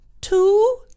two